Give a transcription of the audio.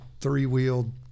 three-wheeled